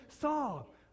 Saul